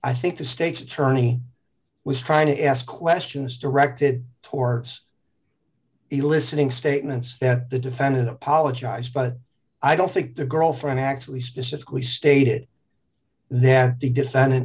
i think the state's attorney was trying to ask questions directed towards eliciting statements that the defendant apologized but i don't think the girlfriend actually specifically stated that the defendant